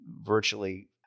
virtually